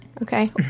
Okay